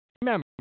Remember